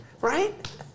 Right